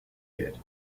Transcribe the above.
did